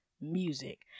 music